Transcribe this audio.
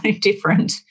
different